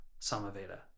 Samaveda